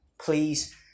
please